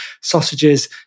sausages